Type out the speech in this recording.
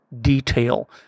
detail